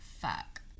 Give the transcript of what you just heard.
fuck